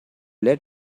let